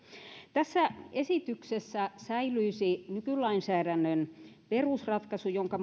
tässä esityksessä säilyisi nykylainsäädännön perusratkaisu jonka